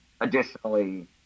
Additionally